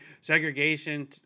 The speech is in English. segregation